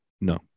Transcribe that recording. no